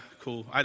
Cool